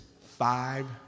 five